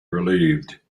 relieved